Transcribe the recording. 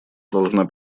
должна